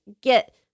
get